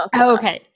okay